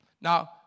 Now